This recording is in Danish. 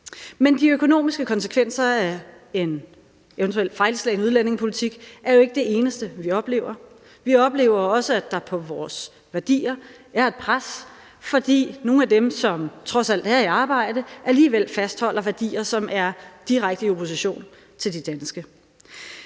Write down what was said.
Men de økonomiske konsekvenser af en eventuelt fejlslagen udlændingepolitik er jo ikke det eneste, vi oplever. Vi oplever også, at der er et pres på vores værdier, fordi nogle af dem, som trods alt er i arbejde, alligevel fastholder værdier, som er direkte i opposition til de danske.